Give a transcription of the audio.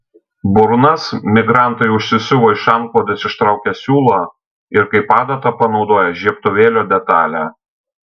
burnas migrantai užsisiuvo iš antklodės ištraukę siūlą ir kaip adatą panaudoję žiebtuvėlio detalę